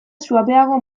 suabeago